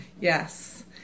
Yes